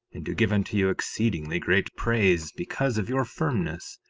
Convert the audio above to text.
and do give unto you exceedingly great praise because of your firmness,